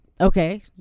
Okay